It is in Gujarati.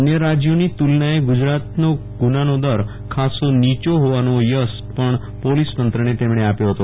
અન્ય રાજ્યોની તુ લનાએ ગુજરાતનો ગુનાનો દર ખાસ્સો નીચો હોવાનો યશ પણ પોલીસતંત્રને તેમણે આપ્યો હતો